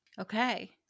Okay